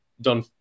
done